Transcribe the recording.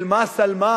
של מס על מס,